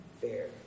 Fair